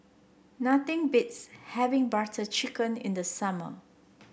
nothing beats having Butter Chicken in the summer